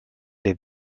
der